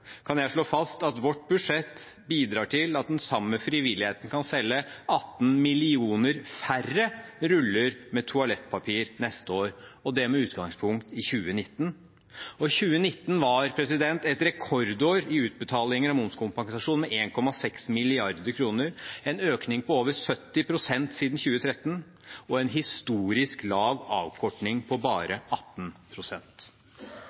kan jeg slå fast at vårt budsjett bidrar til at den samme frivilligheten kan selge 18 millioner færre ruller med toalettpapir neste år, og det med utgangspunkt i 2019. Og 2019 var et rekordår i utbetalinger av momskompensasjon, med 1,6 mrd. kr, en økning på over 70 pst. siden 2013, og en historisk lav avkorting på bare